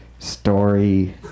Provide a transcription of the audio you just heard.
Story